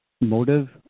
Motive